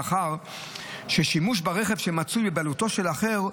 מאחר ששימוש ברכב שמצוי בבעלותו של האחר,